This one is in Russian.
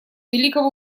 великого